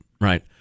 right